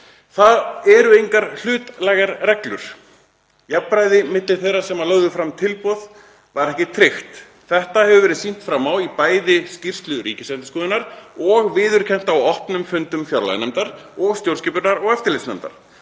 Það eru engar hlutlægar reglur. Jafnræði milli þeirra sem lögðu fram tilboð var ekki tryggt. Þetta hefur verið sýnt fram á í skýrslu Ríkisendurskoðunar og viðurkennt á opnum fundum fjárlaganefndar og stjórnskipunar- og eftirlitsnefndar.